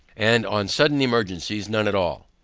and on sudden emergencies, none at all.